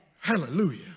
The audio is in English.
Hallelujah